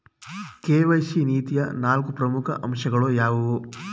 KYC ನೀತಿಯ ನಾಲ್ಕು ಪ್ರಮುಖ ಅಂಶಗಳು ಯಾವುವು?